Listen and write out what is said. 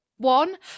one